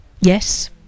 yes